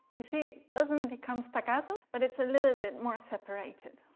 you see, it doesn't become staccato but it's a little bit more separated.